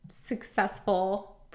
successful